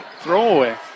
throwaway